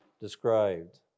described